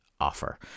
offer